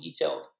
detailed